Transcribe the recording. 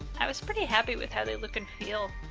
i was pretty happy with how they look and feel.